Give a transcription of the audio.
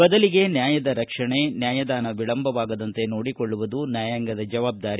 ಬದಲಿಗೆ ನ್ಯಾಯದ ರಕ್ಷಣೆ ನ್ಯಾಯದಾನ ವಿಳಂಬವಾಗದಂತೆ ನೋಡಿಕೊಳ್ಳುವುದು ನ್ಮಾಯಾಂಗದ ಜವಾಬ್ದಾರಿ